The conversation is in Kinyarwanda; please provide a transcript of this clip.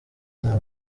nta